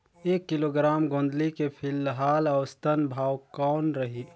एक किलोग्राम गोंदली के फिलहाल औसतन भाव कौन रही?